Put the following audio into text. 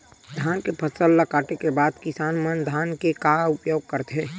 धान के फसल ला काटे के बाद किसान मन धान के का उपयोग करथे?